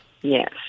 Yes